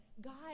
God